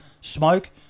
Smoke